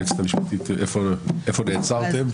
היועצת המשפטית, איפה נעצרתם?